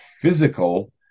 physical